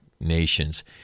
nations